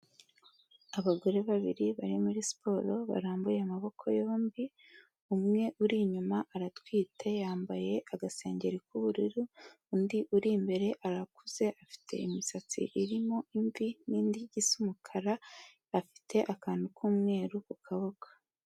Abagore babiri bari muri siporo barambuye amaboko yombi, umwe uri inyuma aratwite yambaye agasengeri k'ubururu, undi uri imbere arakuze afite imisatsi irimo imvi n'indi isa zumukara, afite akantu k'umweru ku kaboko.